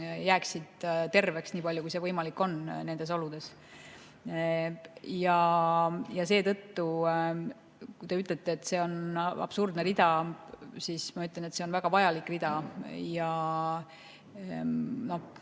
jääksid terveks, nii palju, kui see on võimalik nendes oludes. Kui te ütlete, et see on absurdne rida, siis ma ütlen, et see on väga vajalik rida. Ma